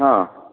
ହଁ